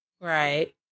Right